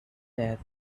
death